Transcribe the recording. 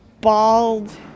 Bald